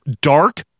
dark